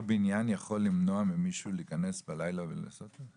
בניין יכול למנוע ממישהו להיכנס בלילה ולעשות את זה?